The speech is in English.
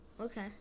Okay